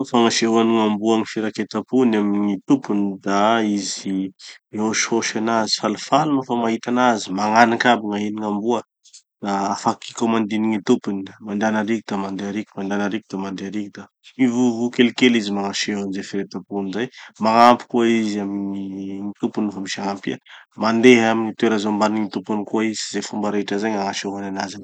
Gny fagnasehoan'ny gn'amboa gny fireketam-pony amy gny tompony da izy mihosihosy anazy, falifaly nofa mahita anazy, magnaniky aby gn'ahin'ny gn'amboa. Da afaky komandin'ny gny tompony. Mandehana ariky da mandeha eriky, mandehana ariky da mandeha eriky. Da mivovo kelikely izy magnaseho anizay firaketam-pony zay. Magnampy koa izy amy gny, gny tompony vo misy hagnampia. Mandeha amy gny toera ze omban'ny gny tompony koa izy. Zay fomba rehetra zay gny agnasehoany anazy.